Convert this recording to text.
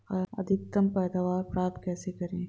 अधिकतम पैदावार प्राप्त कैसे करें?